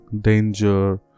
danger